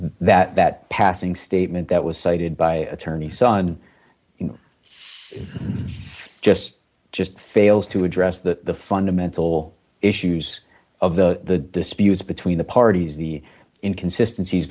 that passing statement that was cited by attorney son just just fails to address the fundamental issues of the disputes between the parties the inconsistency